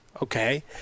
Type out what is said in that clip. Okay